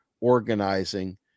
organizing